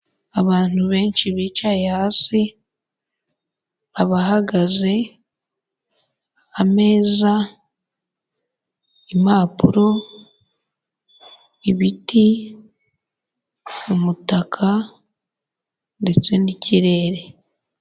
Abantu benshi bicaye hasi, abahagaze, ameza, impapuro, ibiti, umutaka ndetse n'ikirere.